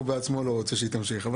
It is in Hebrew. הוא בעצמו לא רוצה שהיא תמשיך.